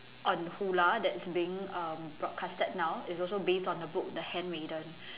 on hoola that's being um broadcasted now it's also based on the book the handmaiden